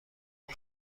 خوب